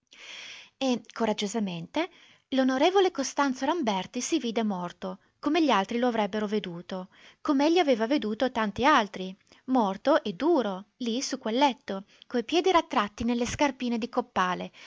e coraggiosamente l'on costanzo ramberti si vide morto come gli altri lo avrebbero veduto com'egli aveva veduto tanti altri morto e duro lì su quel letto coi piedi rattratti nelle scarpine di coppale